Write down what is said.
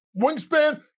wingspan